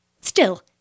Still